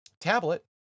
tablet